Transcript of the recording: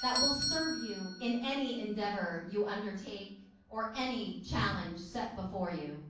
that will serve you in any endeavor you undertake or any challenge set before you.